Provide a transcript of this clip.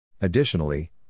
Additionally